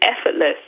effortless